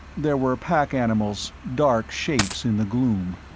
there were pack animals, dark shapes in the gloom.